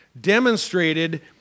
demonstrated